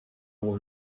will